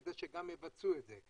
כדי שגם תבצענה את זה.